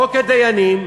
חוק הדיינים,